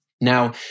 Now